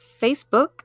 Facebook